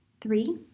Three